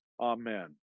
Amen